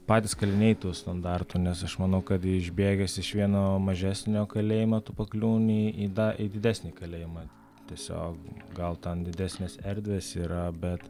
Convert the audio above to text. patys kaliniai tų standartų nes aš manau kad išbėgęs iš vieno mažesnio kalėjimo tu pakliūni į da į didesnį kalėjimą tiesiog gal ten didesnės erdvės yra bet